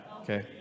Okay